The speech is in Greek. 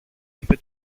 είπε